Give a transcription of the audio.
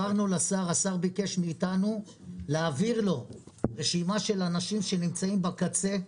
השר ביקש מאיתנו להעביר לו רשימה של אנשים שנמצאים בקצה.